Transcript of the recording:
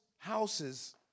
Houses